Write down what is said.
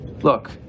Look